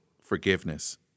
forgiveness